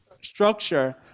structure